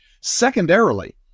Secondarily